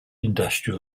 industrial